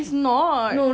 it's not